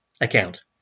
account